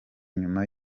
nyuma